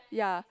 ya